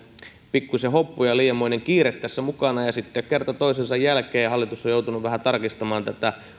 pikkusen hoppu ja liianmoinen kiire tässä mukana niin sitten kerta toisensa jälkeen hallitus on joutunut vähän tarkistamaan tätä